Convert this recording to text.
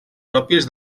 pròpies